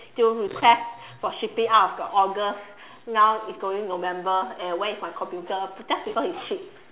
still request for shipping out of the August now is going november and where is my computer just because it's shipped